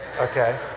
Okay